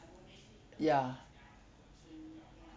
ya